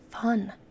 fun